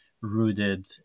rooted